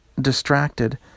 distracted